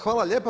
Hvala lijepa.